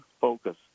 focus